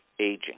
aging